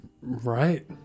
Right